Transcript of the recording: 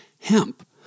hemp